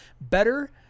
better